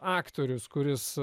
aktorius kuris